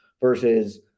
versus